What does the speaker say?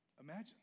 Imagine